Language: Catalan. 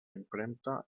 impremta